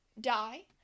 die